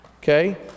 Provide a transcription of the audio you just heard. Okay